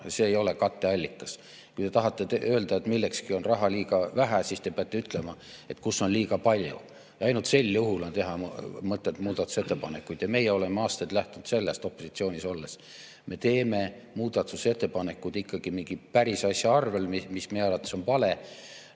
see ei ole katteallikas. Kui te tahate öelda, et millekski on raha liiga vähe, siis te peate ütlema, kus on liiga palju. Ainult sel juhul on mõtet teha muudatusettepanekuid ja meie oleme opositsioonis olles aastaid sellest lähtunud. Me teeme muudatusettepanekud ikkagi mingi päris asja arvel, mis meie arvates on vale.